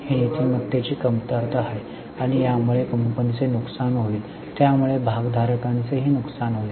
ही नीतिमत्तेची कमतरता आहे आणि यामुळे कंपनीचे नुकसान होईल त्यामुळे भागधारकांचेही नुकसान होईल